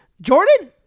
Jordan